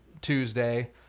Tuesday